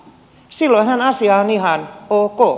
silloinhan asia on ihan ok